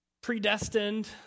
predestined